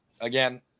again